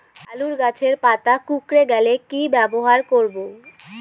আলুর গাছের পাতা কুকরে গেলে কি ব্যবহার করব?